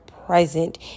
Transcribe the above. present